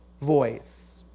voice